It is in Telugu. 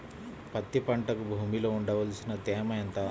పత్తి పంటకు భూమిలో ఉండవలసిన తేమ ఎంత?